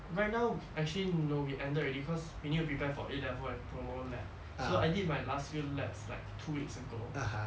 right now actually no we ended already cause we need to prepare for A levels and promo labs so I did my last few labs like two weeks ago and the